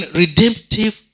redemptive